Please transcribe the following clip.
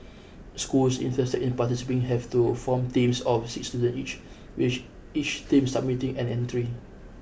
schools interested in participating have to form teams of six students each with each team submitting an entry